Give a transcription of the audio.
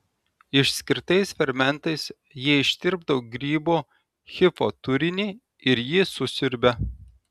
išskirtais fermentais jie ištirpdo grybo hifo turinį ir jį susiurbia